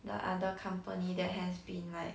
the other company that has been like